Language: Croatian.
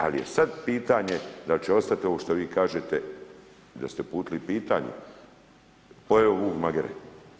Ali je sad pitanje dal će ostat ovo što vi kažete da ste uputili pitanje pojeo vuk magare.